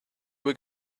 were